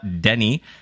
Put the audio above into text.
Denny